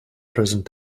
present